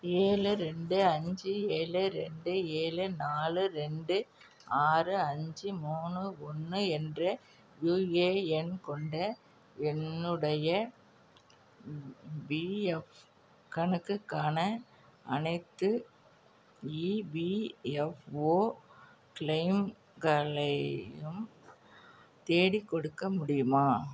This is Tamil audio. ஏழு ரெண்டு அஞ்சு ஏழு ரெண்டு ஏழு நாலு ரெண்டு ஆறு அஞ்சு மூணு ஒன்று என்ற யுஏஎன் கொண்ட என்னுடைய பிஎஃப் கணக்குக்கான அனைத்து இபிஎஃப்ஒ க்ளைம்களையும் தேடிக்கொடுக்க முடியுமா